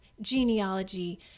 genealogy